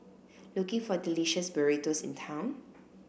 looking for delicious burritos in town